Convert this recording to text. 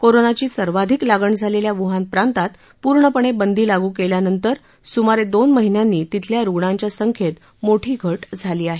कोरोनाची सर्वाधिक लागण झालेल्या व्हान प्रातांत पूर्णपणे बंदी लागू केल्यानंतर सुमारे दोन महिन्यानी तिथल्या रुग्णांच्या संख्येत मोठी घट झाली आहे